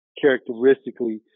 characteristically